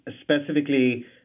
specifically